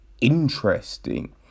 interesting